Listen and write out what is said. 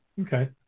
Okay